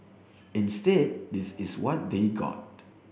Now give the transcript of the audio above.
instead this is what they got